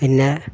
പിന്നെ